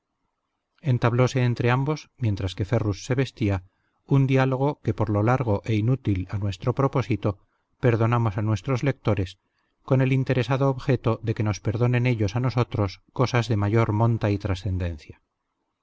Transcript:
huésped entablóse entre ambos mientras que ferrus se vestía un diálogo que por lo largo e inútil a nuestro propósito perdonamos a nuestros lectores con el interesado objeto de que nos perdonen ellos a nosotros cosas de mayor monta y trascendencia